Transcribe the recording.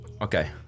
Okay